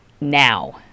now